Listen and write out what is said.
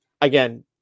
again